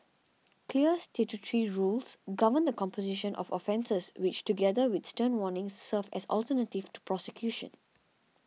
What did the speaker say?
clear statutory rules govern the composition of offences which together with stern warnings serve as alternatives to prosecution